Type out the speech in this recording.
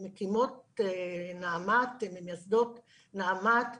ממקימות ומייסדות נעמ"ת ובאמת,